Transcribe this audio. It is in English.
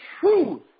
truth